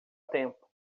tempo